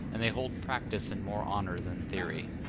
and they hold practice in more honor than theory.